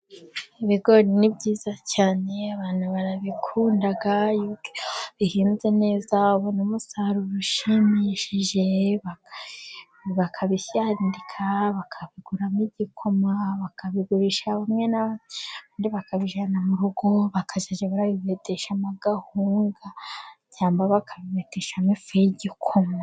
Ibigori ni byiza cyane abantu barabikunda. Iyo bihinze neza babona umusaruro ushimishije bakabishandika bakabikuramo igikoma, bakabigurisha bamwe na bamwe, abandi bakabijyana mu rugo. bakazajya barabibeteshamo akawunga, cyangwa bakabibeteshamo ifu y'igikoma.